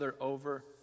over